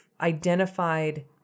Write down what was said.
identified